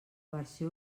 versió